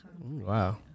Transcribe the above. Wow